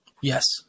Yes